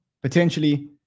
Potentially